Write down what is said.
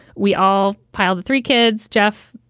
we all piled three kids, jeff,